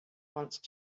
once